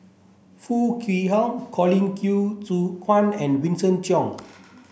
Foo Kwee Horng Colin Qi Zhe Quan and Vincent Cheng